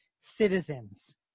citizens